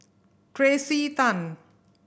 Tracey Tan